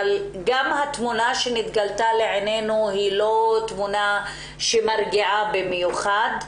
אבל גם התמונה שנתגלתה לעינינו לא מרגיעה במיוחד.